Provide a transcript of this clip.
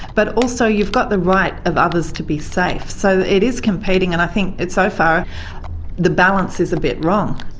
but also you've got the right of others to be safe, so it is competing, and i think so far the balance is a bit wrong.